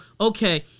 okay